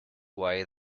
why